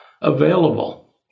available